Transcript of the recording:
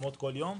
שמפורסמות בכל יום,